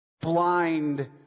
blind